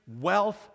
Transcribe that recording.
Wealth